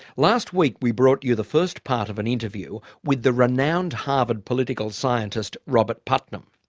last week we brought you the first part of an interview with the renowned harvard political scientist robert putnam.